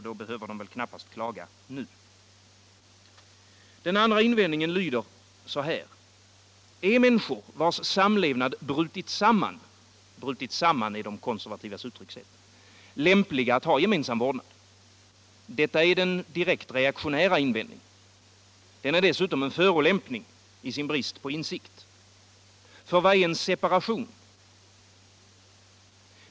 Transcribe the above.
Då behöver de knappast klaga nu. Den andra invändningen lyder: Är människor vars samlevnad brutit samman — det är de konservativas uttryckssätt — lämpliga att ha gemensam vårdnad? Detta är den direkt reaktionära invändningen. Den är dessutom en förolämpning, i sin brist på insikt. Ty vad är en separation?